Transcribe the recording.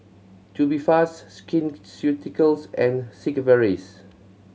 Tubifast Skin Ceuticals and Sigvaris